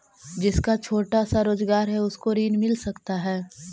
जिसका छोटा सा रोजगार है उसको ऋण मिल सकता है?